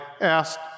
asked